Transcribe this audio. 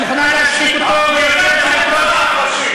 את מוכנה להשתיק אותו, גברתי היושבת-ראש?